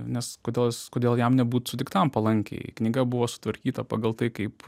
nes kodėl jis kodėl jam nebūt sutiktam palankiai knyga buvo sutvarkyta pagal tai kaip